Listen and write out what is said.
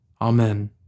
Amen